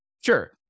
Sure